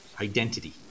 identity